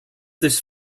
this